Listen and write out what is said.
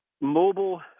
mobile